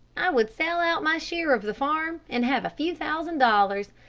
i would sell out my share of the farm, and have a few thousand dollars.